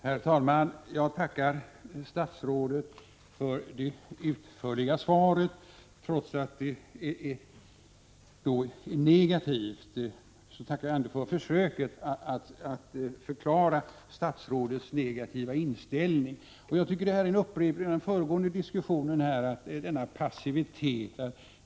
Herr talman! Jag tackar statsrådet för det utförliga svaret. Trots att det är negativt tackar jag ändå för statsrådets försök att förklara sin negativa inställning. Jag tycker att detta är en upprepning av de diskussioner vi haft tidigare i dag, eftersom svaret visar regeringens passivitet.